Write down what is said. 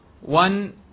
One